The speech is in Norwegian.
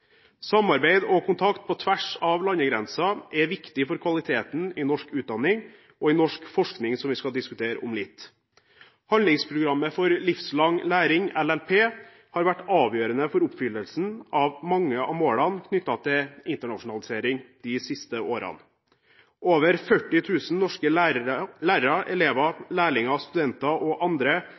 Samarbeid og kontakt på tvers av landegrensene er viktig for kvaliteten i norsk utdanning og i norsk forskning, som vi skal diskutere om litt. Handlingsprogrammet for livslang læring, LLP, har vært avgjørende for oppfyllelsen av mange av målene knyttet til internasjonalisering de siste årene. Over 40 000 norske lærere, elever, lærlinger, studenter og andre